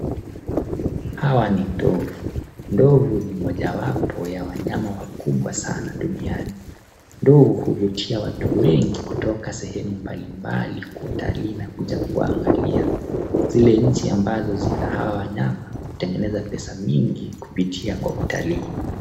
Hawa ni ndovu. Ndovu ni mojawapo ya wanyama wakubwa sana duniani. Ndovu huvutia watu wengi kutoka sehemu mbalimbali kwa utalii na kuja kuangalia zile nchi ambazo zina hawa wanyama kutengeneza pesa mingi kupitia utalii.